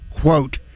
quote